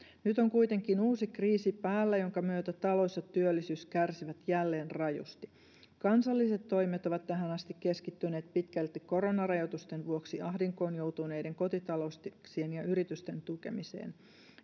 nyt on kuitenkin uusi kriisi päällä jonka myötä talous ja työllisyys kärsivät jälleen rajusti kansalliset toimet ovat tähän asti keskittyneet pitkälti koronarajoitusten vuoksi ahdinkoon joutuneiden kotitalouksien ja yritysten tukemiseen